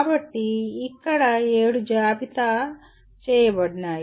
కాబట్టి ఇక్కడ ఏడు జాబితా చేయబడినాయి